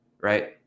right